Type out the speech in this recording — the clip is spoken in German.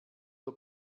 der